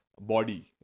body